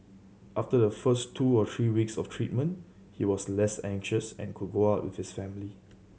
after the first two or three weeks of treatment he was less anxious and could go out with his family